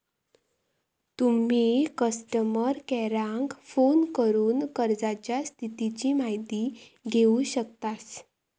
तुम्ही कस्टमर केयराक फोन करून कर्जाच्या स्थितीची माहिती घेउ शकतास